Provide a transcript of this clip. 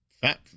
fat